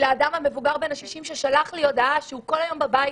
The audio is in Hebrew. אדם מבוגר בן 60 שלח לי הודעה שהוא כל היום יושב בבית,